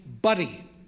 Buddy